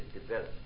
developed